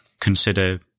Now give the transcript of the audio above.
consider